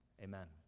amen